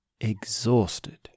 exhausted